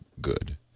good